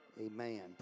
Amen